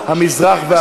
אתה יודע,